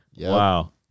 Wow